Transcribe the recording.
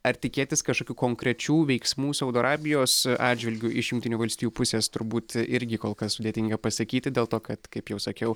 ar tikėtis kažkokių konkrečių veiksmų saudo arabijos atžvilgiu iš jungtinių valstijų pusės turbūt irgi kol kas sudėtinga pasakyti dėl to kad kaip jau sakiau